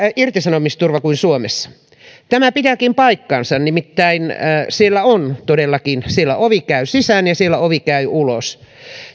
irtisanomisturva kuin suomessa tämä pitääkin paikkansa nimittäin todellakin siellä ovi käy sisään ja siellä ovi käy ulos